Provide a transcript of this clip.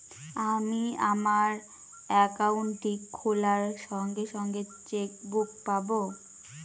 আমি আমার একাউন্টটি খোলার সঙ্গে সঙ্গে চেক বুক পাবো?